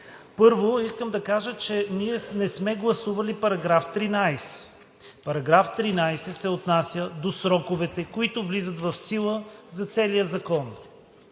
Първо, искам да кажа, че ние не сме гласували § 13. Параграф 13 се отнася до сроковете, които влизат в сила за целия закон.